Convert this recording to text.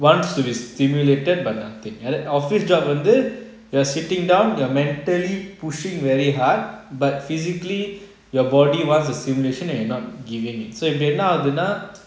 wants to be stimulated but nothing a~ office job வந்து:vanthu you are sitting down you're mentally pushing very hard but physically your body wants a stimulation and you're not giving it so இப்போ என்ன ஆவுதுன்னு:ipo enna aavuthuna